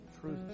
truth